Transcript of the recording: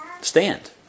stand